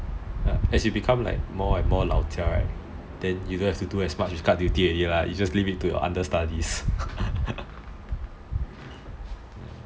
as you become more and more 老 jiao right then you don't have to do much guard duty anymore lah you just leave it to your understudies